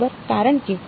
બરાબર કારણ કે